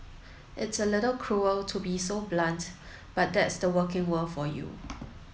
it's a little cruel to be so blunt but that's the working world for you